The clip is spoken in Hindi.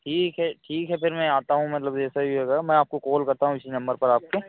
ठीक है ठीक है फ़िर मैं आता हूँ मतलब जैसे ही होगा मैं आपको कॉल करता हूँ इसी नम्बर पर आपके